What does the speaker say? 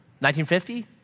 1950